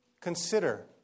consider